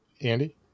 Andy